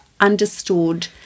understood